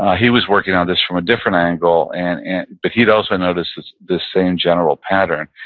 he was working on this from a different angle, and and but he'd also noticed this this same general pattern.